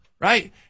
Right